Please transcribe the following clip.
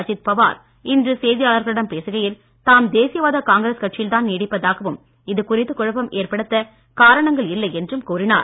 அஜித் பவார் இன்று செய்தியாளர்களிடம் பேசுகையில் தாம் தேசியவாத காங்கிரஸ் கட்சியில் தான் நீடிப்பதாகவும் இது குறித்து குழப்பம் ஏற்படுத்த காரணங்கள் இல்லை என்றும் கூறினார்